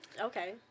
okay